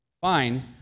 fine